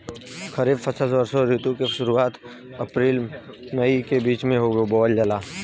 खरीफ फसल वषोॅ ऋतु के शुरुआत, अपृल मई के बीच में बोवल जाला